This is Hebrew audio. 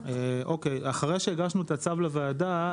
אחרי שהגשנו את הצו לוועדה,